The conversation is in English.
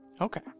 Okay